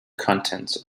contents